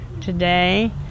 today